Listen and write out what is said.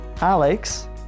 Alex